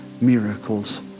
miracles